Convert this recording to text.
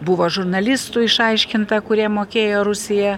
buvo žurnalistų išaiškinta kuriem mokėjo rusija